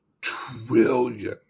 trillion